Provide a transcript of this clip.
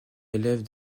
élève